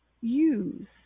use